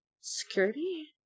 Security